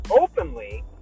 openly